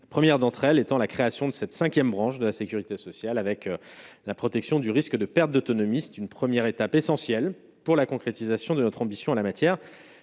premières d'entre elles étant la création de cette 5ème, branche de la Sécurité sociale avec la protection du risque de perte d'autonomie, c'est une première étape essentielle pour la concrétisation de notre ambition à la matière